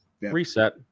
Reset